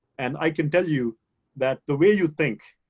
and i can tell you that the way you think,